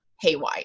haywire